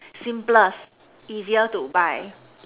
simplest easier to buy